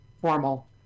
formal